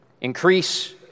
increase